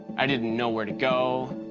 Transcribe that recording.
i didn't know where to go.